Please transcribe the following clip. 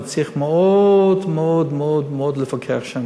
צריך מאוד מאוד מאוד מאוד לפקח שם,